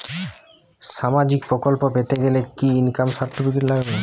সামাজীক প্রকল্প পেতে গেলে কি ইনকাম সার্টিফিকেট লাগবে?